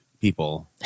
people